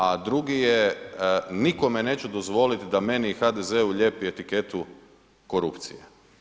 A drugi je, nikome neću dozvoliti da meni i HDZ-u lijepi etiketu korupcije.